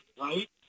right